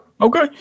Okay